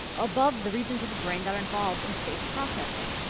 above the regions of the brain that are involved in face processing.